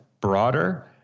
broader